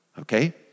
Okay